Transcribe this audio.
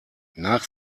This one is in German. nach